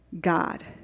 God